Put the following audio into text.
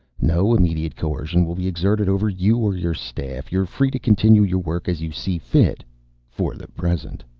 no immediate coercion will be exerted over you or your staff. you're free to continue your work as you see fit for the present.